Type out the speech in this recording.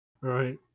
right